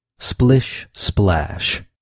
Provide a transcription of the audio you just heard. SPLISH-SPLASH